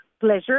Pleasure